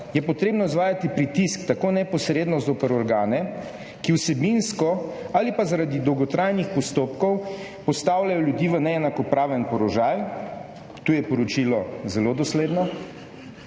je potrebno izvajati pritisk tako neposredno zoper organe, ki vsebinsko ali zaradi dolgotrajnih postopkov postavljajo ljudi v neenakopraven položaj, tu je poročilo zelo dosledno,